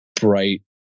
bright